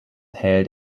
held